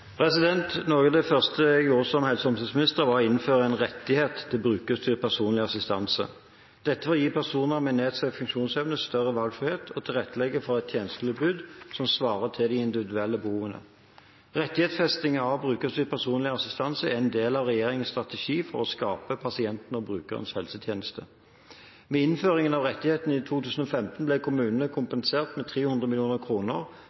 Noe av det første jeg gjorde som helse- og omsorgsminister, var å innføre en rettighet til brukerstyrt personlig assistanse – dette for å gi personer med nedsatt funksjonsevne større valgfrihet og tilrettelegge for et tjenestetilbud som svarer til de individuelle behovene. Rettighetsfesting av brukerstyrt personlig assistanse er en del av regjeringens strategi for å skape pasientens og brukerens helsetjeneste. Ved innføring av rettigheten i 2015 ble kommunene